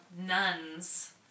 nuns